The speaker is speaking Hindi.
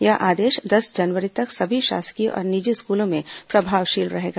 यह आदेश दस जनवरी तक सभी शासकीय और निजी स्कूलों में प्रभावशील रहेगा